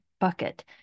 bucket